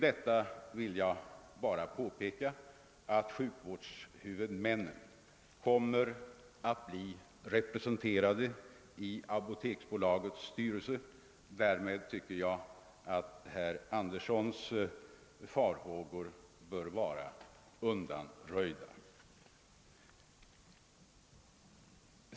Jag vill då bara påpeka att sjukvårdshuvudmännen kommer att bli representerade i apoteksbolagets styrelse. Därmed tycker jag att herr Anderssons i Knäred farhågor bör vara undanröjda.